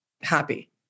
happy